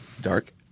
Dark